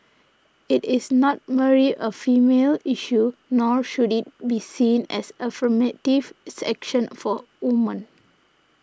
it is not merely a female issue nor should it be seen as affirmatives action for women